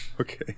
Okay